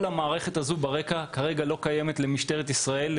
כל המערכת הזאת לא קיימת כרגע אצל משטרת ישראל.